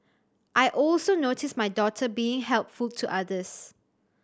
I also notice my daughter being helpful to others